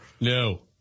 no